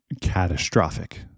catastrophic